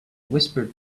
whispered